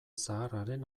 zaharraren